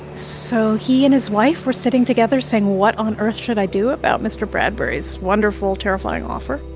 so he and his wife were sitting together saying, what on earth should i do about mr. bradbury's wonderful, terrifying offer?